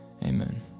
Amen